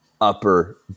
upper